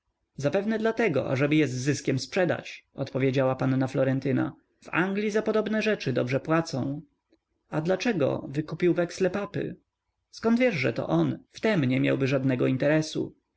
zapewne dlatego ażeby je z zyskiem sprzedać odpowiedziała panna florentyna w anglii za podobne rzeczy dobrze płacą a dlaczego wykupił weksle papy zkąd wiesz że to on w tem nie miałby żadnego interesu